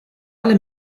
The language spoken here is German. alle